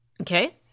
Okay